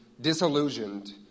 disillusioned